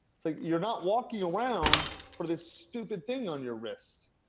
it's like you're not walking around for this stupid thing on your wrist.